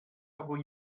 auch